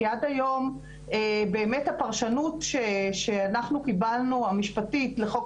כי עד היום באמת הפרשנות המשפטית שאנחנו קיבלנו לחוק